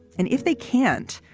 and if they can't.